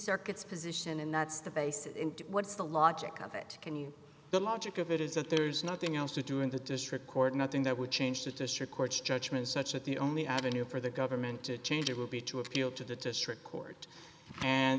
circuits position and that's the basis what's the logic of it the logic of it is that there's nothing else to do in the district court nothing that would changed the district court's judgment such that the only avenue for the government to change it will be to appeal to the district court and